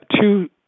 Two